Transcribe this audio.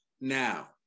Now